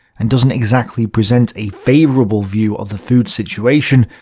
and doesn't exactly present a favourable view of the food situation,